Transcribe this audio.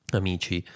amici